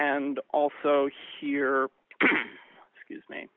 and also here scuse me